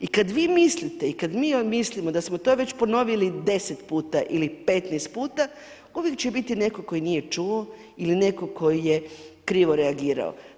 I kad vi mislite i kad mi mislimo da smo to već ponovili 10 puta ili 15 puta, uvijek će biti netko koji nije čuo ili netko tko je krivo reagirao.